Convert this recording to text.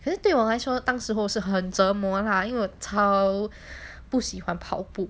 then 对我来说当时候是很折磨 lah 因为我超不喜欢跑步